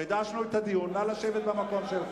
חידשנו את הדיון, נא לשבת במקום.